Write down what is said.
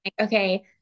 okay